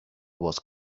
was